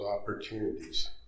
opportunities